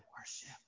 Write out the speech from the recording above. worship